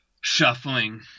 shuffling